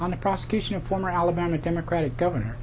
on the prosecution of former alabama democratic governor